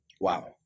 Wow